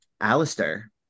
Alistair